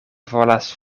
volas